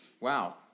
wow